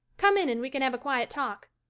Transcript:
come in and we can have a quiet talk.